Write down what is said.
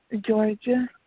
Georgia